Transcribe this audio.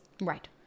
right